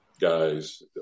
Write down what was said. guys